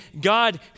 God